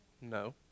No